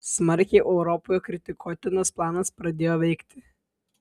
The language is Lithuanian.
smarkiai europoje kritikuotinas planas pradėjo veikti